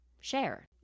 share